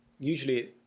Usually